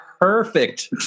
perfect